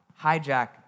hijack